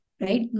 right